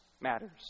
Matters